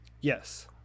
Yes